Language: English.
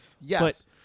Yes